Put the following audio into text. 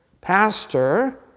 Pastor